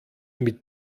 mit